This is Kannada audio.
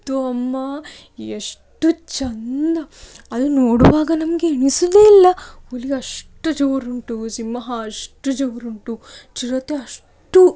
ಇತ್ತು ಅಮ್ಮಾ ಎಷ್ಟು ಚಂದ ಅದು ನೋಡುವಾಗ ನಮಗೆ ಎಣಿಸೋದೇ ಇಲ್ಲ ಹುಲಿ ಅಷ್ಟು ಜೋರುಂಟು ಸಿಂಹ ಅಷ್ಟು ಜೋರುಂಟು ಚಿರತೆ ಅಷ್ಟು